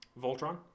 Voltron